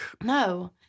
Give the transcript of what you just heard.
No